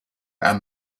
and